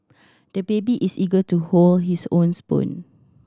the baby is eager to hold his own spoon